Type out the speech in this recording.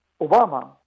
Obama